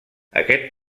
aquest